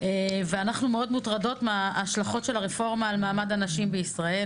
ואנחנו מאוד מוטרדות מההשלכות של הרפורמה על מעמד הנשים בישראל,